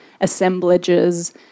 assemblages